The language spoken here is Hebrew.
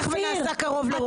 אתה הולך ונעשה קרוב לרוטמן.